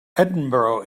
edinburgh